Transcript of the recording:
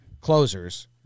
closers